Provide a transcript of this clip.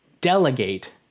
delegate